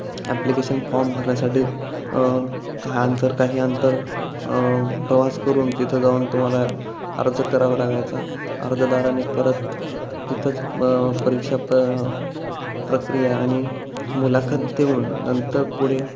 application form भरण्यासाठी काह अंतर काही अंतर प्रवास करून तिथं जाऊन तुम्हाला अर्ज करावा लागायचा अर्जदाराने परत तिथंच परीक्षा प प्रक्रिया आणि मुलाखत देऊन नंतर पुढे